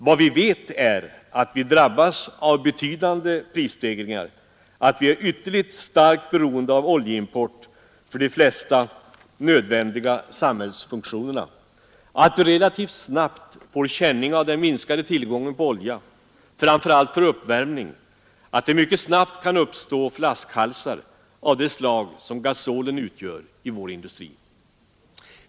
Vad vi vet är att vi drabbas av betydande prisstegringar, att vi är ytterligt starkt beroende av oljeimport för de flesta nödvändiga samhällsfunktioner, att vi relativt snabbt får känning av den minskade tillgången på olja, framför allt för uppvärmning, att det mycket snabbt kan uppstå flaskhalsar av det slag som gasolen utgör i vår industri.